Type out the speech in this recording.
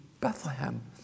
Bethlehem